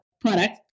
product